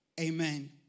Amen